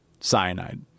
Cyanide